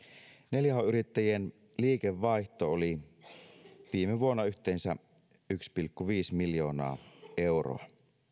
neljä h yrittäjien liikevaihto oli viime vuonna yhteensä yksi pilkku viisi miljoonaa euroa